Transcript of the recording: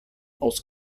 aus